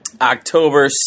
October